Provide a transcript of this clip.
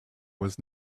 was